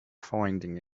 finding